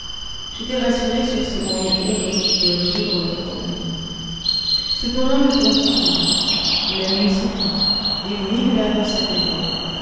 j'étais rassuré sur ce moyen héroïque de résoudre le problème cependant le temps s'écoulait la nuit se fit les bruits de la rue